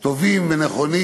טובים ונכונים